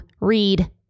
read